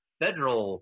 federal